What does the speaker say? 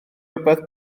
rhywbeth